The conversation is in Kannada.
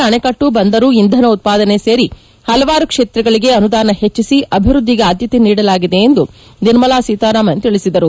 ಅಣೆಕಟ್ಟು ಬಂದರು ಇಂಧನ ಉತ್ಪಾದನೆ ಸೇರಿ ಹಲವಾರು ಕ್ಷೇತ್ರಗಳಿಗೆ ಅನುದಾನ ಹೆಚ್ಚಿಸಿ ಅಭಿವೃದ್ಧಿಗೆ ಆದ್ಯತೆ ನೀಡಲಾಗಿದೆ ಎಂದು ನಿರ್ಮಲಾ ಸೀತಾರಾಮನ್ ತಿಳಿಸಿದರು